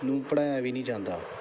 ਨੂੰ ਪੜ੍ਹਾਇਆ ਵੀ ਨਹੀਂ ਜਾਂਦਾ